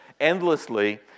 endlessly